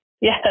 Yes